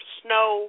snow